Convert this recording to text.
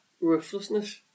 Ruthlessness